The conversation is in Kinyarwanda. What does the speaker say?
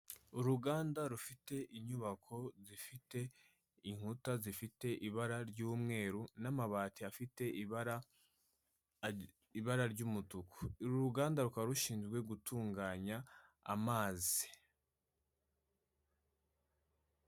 Uruganda rufite inyubako zifite inkuta zifite ibara ry'umweru n'amabati afite ibara ry'umutuku, uru ruganda rukaba rushinzwe gutunganya amazi.